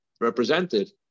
represented